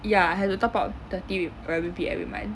ya I have to top up thirty 人民币 every month